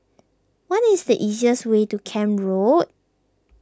what is the easiest way to Camp Road